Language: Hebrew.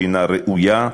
שהנה ראויה,